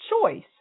choice